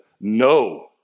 no